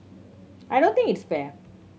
I don't think it's fair